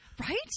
Right